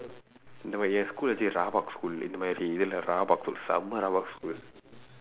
இந்த மாதிரி என்:indtha maathiri en school actually rabak school இந்த மாதிரி:indtha maathiri rabak செம்ம:semma rabak school